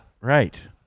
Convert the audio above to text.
right